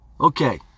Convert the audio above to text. Okay